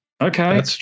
okay